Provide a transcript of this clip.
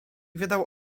wydał